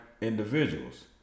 individuals